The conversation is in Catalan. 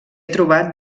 trobat